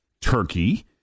turkey